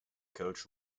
coach